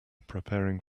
preparing